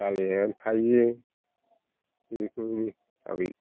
जालायनानै थायो बेफोरनो आबै